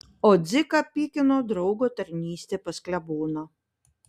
o dziką pykino draugo tarnystė pas kleboną